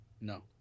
No